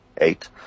Eight